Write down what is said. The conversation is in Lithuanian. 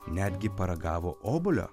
netgi paragavo obuolio